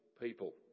people